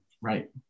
Right